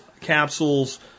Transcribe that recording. capsules